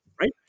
Right